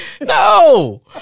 No